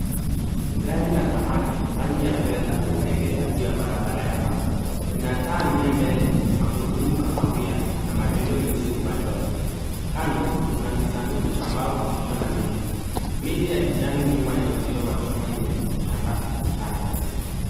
Gari la zamani rangi ya fedha limeegeshwa juu ya barabara ya mawe. Ina taa nne mbele, magurudumu kahawia na madoido meusi upande wa juu. Kando kuna kisanduku cha mbao kilicho na nembo. Miti ya kijani nyuma ya uzio wa chuma imetanda ukutani.